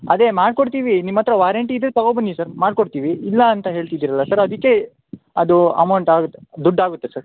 ಅದೇ ಮಾಡ್ಕೊಡ್ತೀವಿ ನಿಮ್ಮ ಹತ್ರ ವಾರಂಟಿ ಇದ್ದರೆ ತೊಗೊಂಡು ಬನ್ನಿ ಸರ್ ಮಾಡ್ಕೊಡ್ತೀವಿ ಇಲ್ಲ ಅಂತ ಹೇಳ್ತಿದ್ದೀರಲ್ಲ ಸರ್ ಅದಕ್ಕೆ ಅದು ಅಮೌಂಟ್ ಆಗತ್ತೆ ದುಡ್ಡು ಆಗುತ್ತೆ ಸರ್